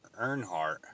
Earnhardt